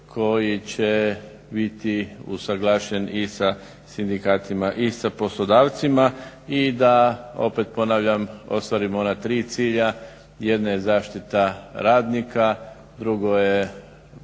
koji će biti usuglašen i sa sindikatima i sa poslodavcima i da opet ponavljam ostvarimo ona tri cilja. Jedna je zaštita radnika, drugo je